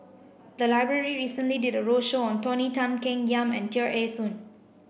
the library recently did a roadshow on Tony Tan Keng Yam and Tear Ee Soon